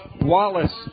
Wallace